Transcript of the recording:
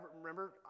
remember